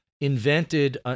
Invented